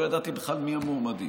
לא ידעתי בכלל מי המועמדים.